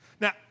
Now